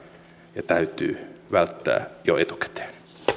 ja täytyy välttää jo etukäteen